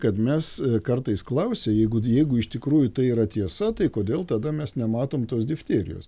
kad mes kartais klausia jeigu jeigu iš tikrųjų tai yra tiesa tai kodėl tada mes nematom tos difterijos